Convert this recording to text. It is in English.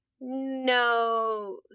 no